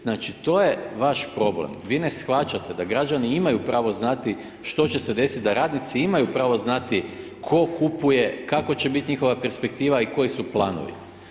Znači, to je vaš problem, vi ne shvaćate da građani imaju pravo znati što će se desiti, da radnici imaju pravo znati tko kupuje, kakva će biti njihova perspektiva i koji su planovi.